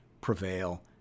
prevail